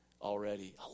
already